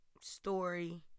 story